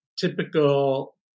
typical